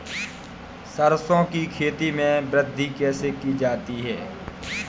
सरसो की खेती में वृद्धि कैसे की जाती है?